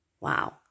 Wow